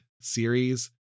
series